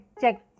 check